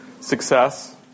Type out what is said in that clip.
Success